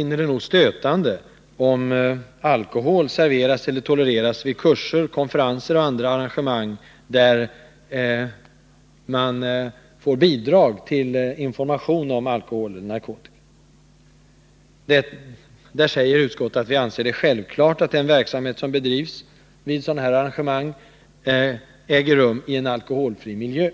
finner det stötande om alkohol serveras eller tolereras vid kurser, konferenser och andra arrangemang där man får bidrag till information om alkohol och narkotika. Utskottet säger att vi anser det självklart att den verksamhet som bedrivs vid sådana arrangemang äger rumi en alkoholfri miljö.